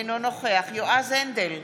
אינו נוכח יועז הנדל,